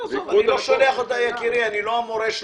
אני לא שולח אותם, יקירי, אני לא המורה שלהם.